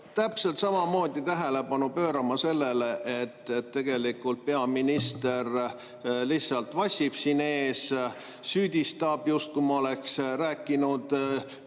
täpselt samamoodi tähelepanu pöörama sellele, et tegelikult peaminister lihtsalt vassib siin, süüdistab, justkui ma oleksin rääkinud